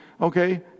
Okay